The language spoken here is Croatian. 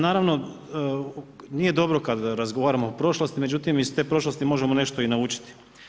Naravno, nije dobro kad razgovaramo o prošlosti, međutim iz te prošlosti možemo nešto i naučiti.